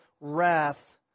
wrath